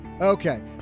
Okay